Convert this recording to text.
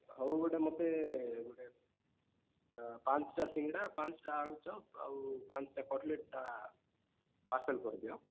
ହଉ ଗୋଟେ ମୋତେ ଗୋଟେ ପାଞ୍ଚଟା ସିଙ୍ଗଡ଼ା ପାଞ୍ଚଟା ଆଳୁଚପ ଆଉ ପାଞ୍ଚଟା କଟଲେଟ୍ଟା ପାର୍ସଲ୍ କରିଦିଅ